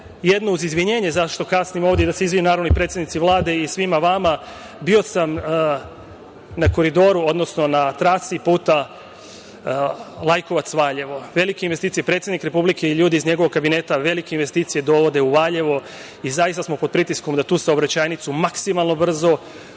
uz izvinjenje zašto kasnim ovde, da se izvinim i predsednici Vlade i svima vama, bio sam na trasi puta Lajkovac-Valjevo. Velike investicije, predsednik Republike i ljudi iz njegovog kabineta velike investicije dovode u Valjevo i zaista smo pod pritiskom da tu saobraćajnicu maksimalno brzo